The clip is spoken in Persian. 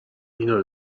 اینو